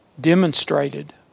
demonstrated